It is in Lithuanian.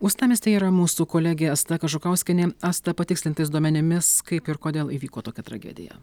uostamiestyje yra mūsų kolegė asta kažukauskienė asta patikslintais duomenimis kaip ir kodėl įvyko tokia tragedija